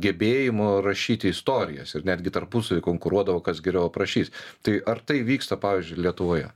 gebėjimu rašyti istorijas ir netgi tarpusavy konkuruodavo kas geriau aprašys tai ar tai vyksta pavyzdžiui lietuvoje